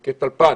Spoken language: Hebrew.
לטלפן.